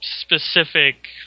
specific